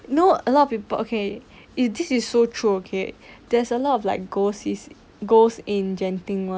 no a lot of people okay it this is so true okay there's a lot of like ghosts is ghosts in genting [one]